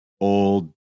old